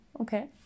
Okay